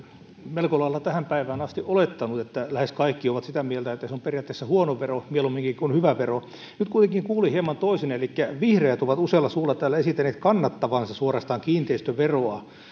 melko lailla tähän päivään asti olettanut että lähes kaikki ovat sitä mieltä että se on periaatteessa huono vero mieluumminkin kuin hyvä vero nyt kuitenkin kuulin hieman toisin elikkä vihreät ovat usealla suulla täällä esittäneet suorastaan kannattavansa kiinteistöveroa